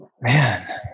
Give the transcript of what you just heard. man